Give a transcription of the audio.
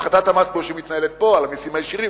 הפחתת המס שמתנהלת פה על המסים הישירים.